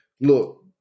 look